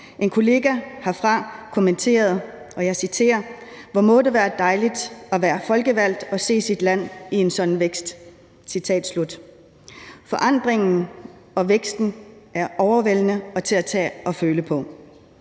En kollega herfra kommenterede, og jeg citerer: Hvor må det være dejligt at være folkevalgt og se sit land i en sådan vækst. Citat slut. Forandringen og væksten er overvældende og til at tage og føle på,